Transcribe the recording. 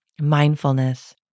mindfulness